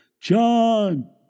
John